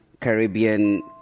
Caribbean